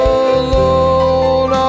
alone